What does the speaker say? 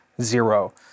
zero